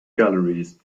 galleries